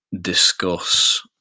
discuss